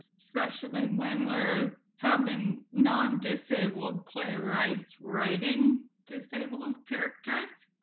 especially when we're having non-disabled playwrights writing disabled characters.